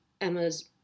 emma's